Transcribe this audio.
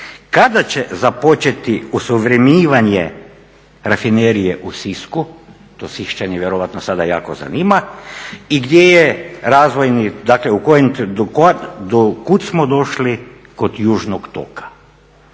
Kada će započeti osuvremenjivanje rafinerije u Sisku? To Siščane vjerojatno sada jako zanima i gdje je razvojni, dakle do kud smo došli kod južnog toka.